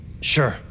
Sure